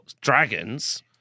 Dragons